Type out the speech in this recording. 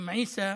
אום עיסא